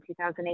2008